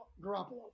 Garoppolo